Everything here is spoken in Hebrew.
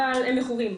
אבל הם מכורים.